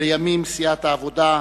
לימים סיעת העבודה,